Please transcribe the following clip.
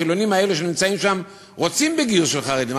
החילונים האלה שנמצאים שם רוצים בגיוס של חרדים,